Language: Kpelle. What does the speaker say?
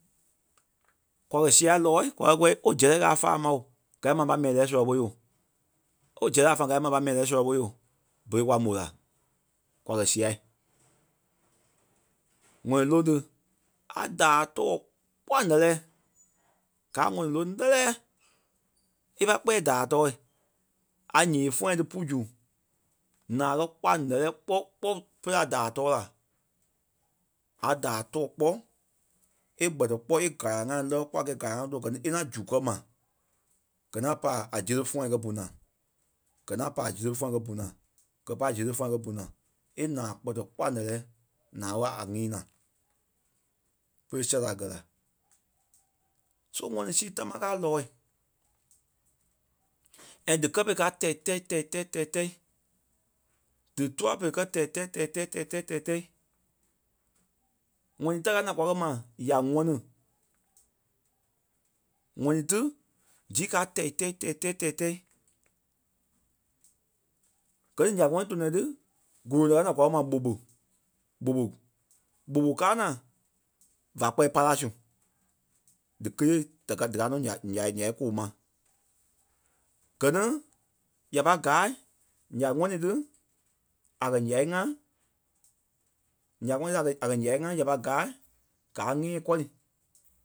Kwa kɛ̀ sia lɔɔ̂i kwa kɛ́ kúwɔ oooo zɛ̂rɛ a faa ma ooo. Gaa le a pai mɛni lɛlɛ sɔlɔ ɓoi ooo. Ooo zɛ̂rɛ a faa gɛɛ le ŋa pâi mɛni lɛlɛ sɔlɔ ɓoi ooo. Bere kwa mò la kwa kɛ̀ sia. ŋɔni loŋ ti a daa tɔɔ kpɔ́ a ǹɛ́lɛɛ. Gaa a ŋɔni loŋ lɛ́lɛ. Í pai kpɛɛ daa tɔɔ a yee fũa ti pú zu naa a kɛ̀ kpɔ́ a ǹɛ́lɛɛ kpɔ́ kpɔ́ pere a daa tɔɔ la. A daa tɔɔ kpɔ e gbɛtɛ kpɔ́ e gala ŋa lɛ́ kpɔ́ a gɛɛ gala ŋa lo gɛ ni e ŋaŋ zu kɛ ma. Gɛ ŋaŋ pa a zelɛ fũa gɛ́ bu naa. Gɛ ŋaŋ pai a zelɛ fũa gɛ bu naa. Gɛ pai a zelɛ fũa gɛ́ bu naa. E naa kpɛtɛ kpɔ́ a ǹɛ́lɛɛ. Naa ɓé a nyîi naa. Pere zɛ̂rɛ a gɛ́ la. So ŋɔni sii támaa káa lɔɔ̂i. And dí kɛ́ pere kaa tɛi-tɛ́i tɛi-tɛ́i tɛi-tɛ́i dí tua pere kɛ́ tɛi-tɛ́i tɛi-tɛi tɛi-tɛ́i tɛi-téi. ŋɔni ta káa naa kwa kɛ̀ ya-ŋɔni. ŋ̀ɔnii ti zii káa tɛi-tɛ́i tɛi-tɛ́i tɛi-tɛ́i. Gɛ ni ǹya-ŋɔnii tɔnɔ ti gúro ta kwa kɛ̀ ma ɓɔɓɔ ɓɔɓɔ. ɓɔɓɔ káa naa va kpɛɛ para su. Díkelee da ka díkɛ naa ǹyai- ǹyai kóo ma. Gɛ ni ya pai gaa ǹya-ŋɔni tí a kɛ̀ ǹyai ŋa. Ǹyai ŋɔni a kɛ̀ a kɛ̀ ǹyai ŋa ya pâi gaa. Gaa nyɛ̃́ɛ kɔri